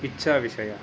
इच्छा विषयः